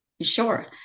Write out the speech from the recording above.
Sure